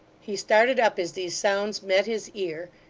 he started up as these sounds met his ear,